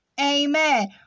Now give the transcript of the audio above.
Amen